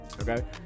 Okay